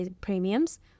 premiums